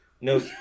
No